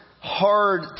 hard